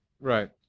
Right